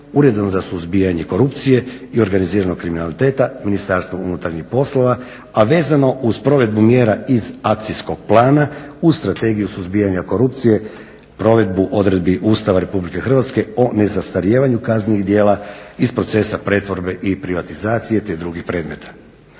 Uredom za suzbijanje korupcije i organiziranog kriminaliteta Ministarstva unutarnjih poslova a vezano uz provedbu mjera iz akcijskog plana uz Strategiju suzbijanja korupcije, provedbu odredbi Ustava Republike Hrvatske o nezastarijevanju kaznenih djela iz procesa pretvorbe i privatizacije, te drugih predmeta.